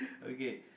okay